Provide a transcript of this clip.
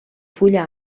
fulla